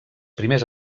primers